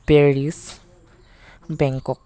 Paris Bangkok